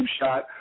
shot